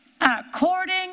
According